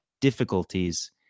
difficulties